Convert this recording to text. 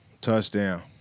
Touchdown